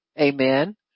Amen